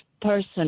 person